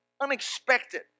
unexpected